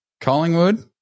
Collingwood